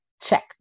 check